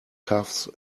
cuffs